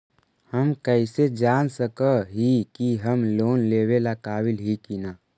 हम कईसे जान सक ही की हम लोन लेवेला काबिल ही की ना?